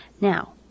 Now